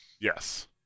Yes